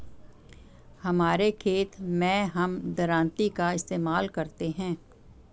हमारे खेत मैं हम दरांती का इस्तेमाल करते हैं